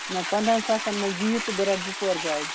نہ پنٛدہن ساسَن منٛز دِیِو تہٕ بہٕ رَٹہٕ زٕ ژور گاڑِ